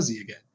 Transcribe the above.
again